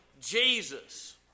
Jesus